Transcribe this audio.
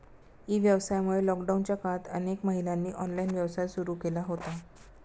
E व्यवसायामुळे लॉकडाऊनच्या काळात अनेक महिलांनी ऑनलाइन व्यवसाय सुरू केला होता